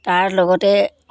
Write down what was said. তাৰ লগতে